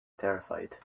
terrified